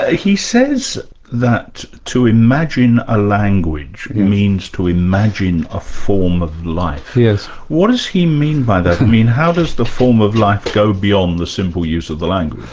ah he says that to imagine a language means to imagine a form of life. yeah what does he mean by that? i mean, how does the form of life go beyond the simple use of the language?